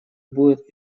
будет